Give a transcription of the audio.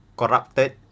corrupted